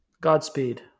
Godspeed